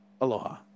Aloha